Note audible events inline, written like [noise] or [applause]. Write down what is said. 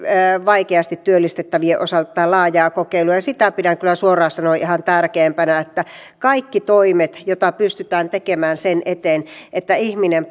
vaikeasti työllistettävien osalta tätä laajaa kokeilua ja sitä pidän kyllä suoraan sanoen ihan tärkeimpänä että kaikki toimet joita pystytään tekemään sen eteen että ihminen [unintelligible]